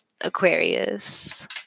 Aquarius